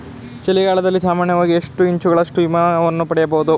ಚಳಿಗಾಲದಲ್ಲಿ ಸಾಮಾನ್ಯವಾಗಿ ಎಷ್ಟು ಇಂಚುಗಳಷ್ಟು ಹಿಮವನ್ನು ಪಡೆಯಬಹುದು?